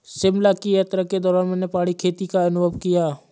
शिमला की यात्रा के दौरान मैंने पहाड़ी खेती का अनुभव किया